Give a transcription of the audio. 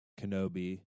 Kenobi